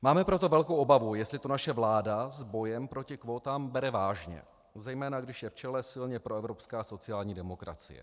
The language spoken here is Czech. Máme proto velkou obavu, jestli to naše vláda s bojem proti kvótám bere vážně, zejména když je v čele silně proevropská sociální demokracie.